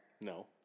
No